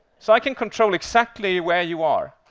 so i can control exactly where you are,